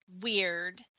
weird